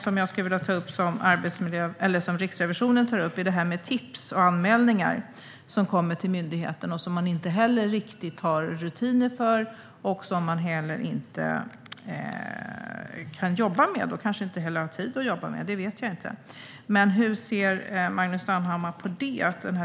En annan sak som Riksrevisionen tar upp är det här med tips och anmälningar som kommer till myndigheten, vilket man inte heller riktigt har rutiner för eller kan jobba med. Man kanske inte har tid att jobba med det; det vet jag inte. Hur ser Magnus Manhammar på detta?